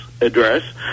Address